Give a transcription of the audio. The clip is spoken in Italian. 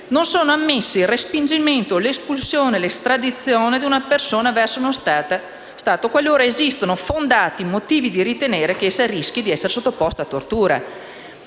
«Non sono ammessi il respingimento o l'espulsione o l'estradizione di una persona verso uno Stato qualora esistano fondati motivi di ritenere che essa rischi di essere sottoposta a tortura».